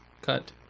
cut